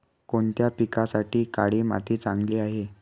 कोणत्या पिकासाठी काळी माती चांगली आहे?